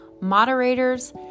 moderators